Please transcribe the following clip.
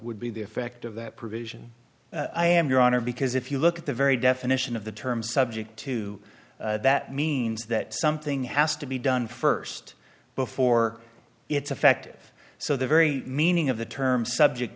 would be the effect of that provision i am your honor because if you look at the very definition of the term subject to that means that something has to be done first before it's effective so the very meaning of the term subject